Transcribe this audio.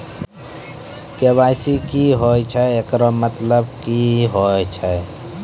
KYC की होय छै, एकरो मतलब की होय छै?